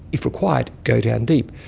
if required, go down deep.